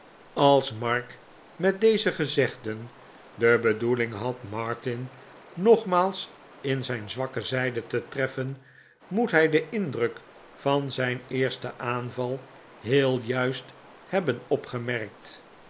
als mark met deze gezegden de bedoeling had martin nogmaals in zijn zwakke zijde te treffen moet hij den indruk van zijn eersten aanval heel juist hebben opgemerkt